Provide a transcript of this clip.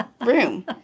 room